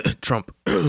Trump